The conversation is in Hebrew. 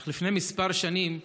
אך לפני כמה שנים אימי,